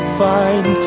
find